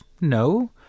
No